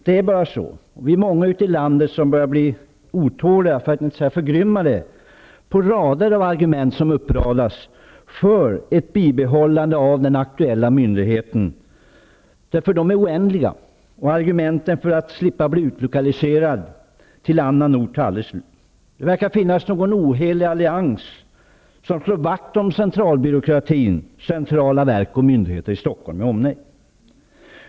Det är bara så, och vi är många ute i landet som börjar bli otåliga, för att inte säga att vi är förgrymmade, inför de många argument som radas upp för att olika myndigheter skall bibehållas på de platser där de finns. Argumenten är oändliga och motiveringarna för att man skall slippa bli utlokaliserad till annan ort tar aldrig slut. Det verkar finnas någon ohelig allians som slår vakt om centralbyråkratin, centrala verk och myndigheter i Stockholm med omnejd.